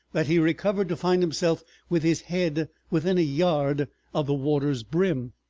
that he recovered to find himself with his head within a yard of the water's brim.